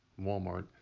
Walmart